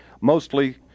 Mostly